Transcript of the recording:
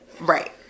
Right